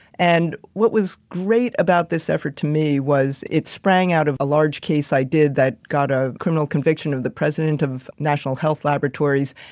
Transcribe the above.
and what was great about this effort to me was it sprang out of a large case i did that got a criminal conviction of the president of national health laboratories,